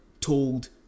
told